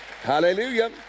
hallelujah